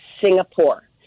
Singapore